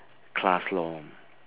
class lor